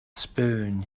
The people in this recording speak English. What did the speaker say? spoon